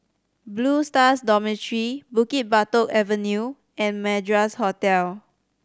Blue Stars Dormitory Bukit Batok Avenue and Madras Hotel